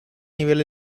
nivel